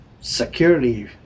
security